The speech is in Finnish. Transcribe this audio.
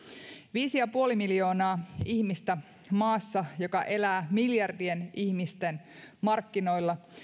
viisi pilkku viisi miljoonaa ihmistä maassa joka elää miljardien ihmisten markkinoilla